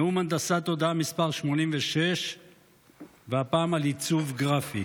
נאום הנדסת תודעה מס' 86. והפעם על עיצוב גרפי.